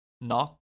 knock